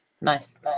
Nice